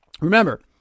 remember